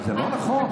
זה לא נכון.